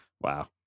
Wow